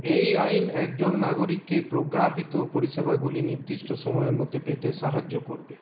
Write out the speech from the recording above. এই আইন একজন নাগরিককে প্রজ্ঞাপিত পরিষেবাগুলি নির্দিষ্ট সময়ের মধ্যে পেতে সাহায্য করবে